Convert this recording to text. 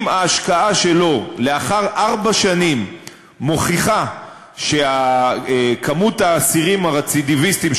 אם ההשקעה שלו לאחר ארבע שנים מוכיחה שמספר האסירים הרצידיביסטים,